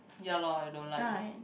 ya lor I don't like leh